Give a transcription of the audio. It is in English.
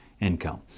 income